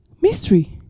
Mystery